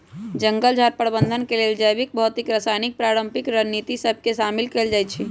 जंगल झार प्रबंधन के लेल जैविक, भौतिक, रासायनिक, पारंपरिक रणनीति सभ के शामिल कएल जाइ छइ